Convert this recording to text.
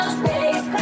space